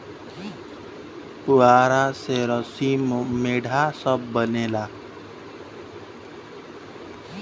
पुआरा से रसी, मोढ़ा सब बनेला